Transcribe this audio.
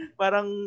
parang